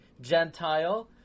Gentile